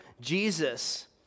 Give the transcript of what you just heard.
Jesus